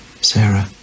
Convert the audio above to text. Sarah